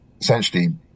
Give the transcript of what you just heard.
essentially